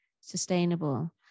sustainable